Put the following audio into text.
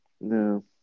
No